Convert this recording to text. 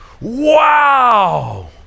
wow